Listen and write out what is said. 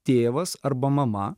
tėvas arba mama